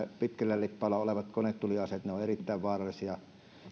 pitkillä lippailla olevat konetuliaseet ovat erittäin vaarallisia